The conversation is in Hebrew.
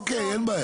אוקיי, אין בעיה.